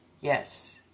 Yes